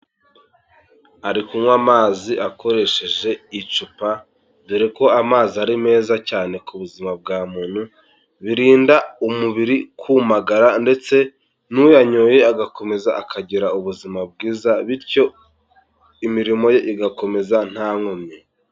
Ari kunywa amazi akoresheje icupa, dore ko amazi ari meza cyane ku buzima bwa muntu, birinda umubiri kumagara ndetse n'uyanyoye agakomeza akagira ubuzima bwiza, bityo imirimo ye igakomeza nta nkomyi.